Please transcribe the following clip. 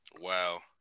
Wow